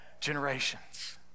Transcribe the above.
generations